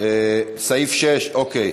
סעיף 6, אוקיי.